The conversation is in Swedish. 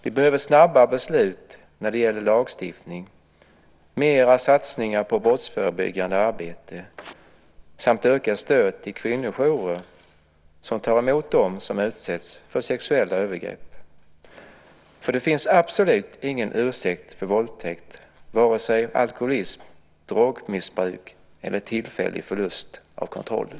Vi behöver snabba beslut när det gäller lagstiftning, mera av satsningar på våldsförebyggande arbete samt ökat stöd till kvinnojourer som tar emot dem som utsätts för sexuella övergrepp. Det finns nämligen absolut ingen ursäkt för våldtäkt, varken alkoholism, drogmissbruk eller tillfällig förlust av kontrollen.